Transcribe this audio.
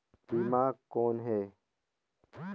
बीमा कौन है?